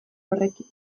horrekin